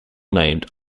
named